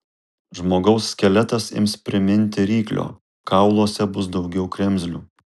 žmogaus skeletas ims priminti ryklio kauluose bus daugiau kremzlių